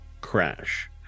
crash